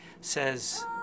says